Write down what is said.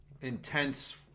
intense